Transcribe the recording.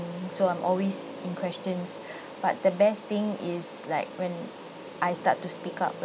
so I'm always in questions but the best thing is like when I start to speak up